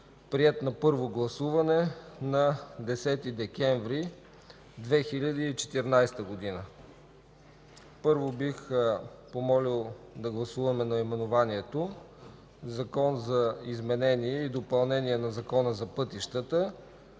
приет на първо гласуване на 10 декември 2014 г. Първо бих помолил да гласуваме наименованието: „Закон за изменение и допълнение на Закона за пътищата”.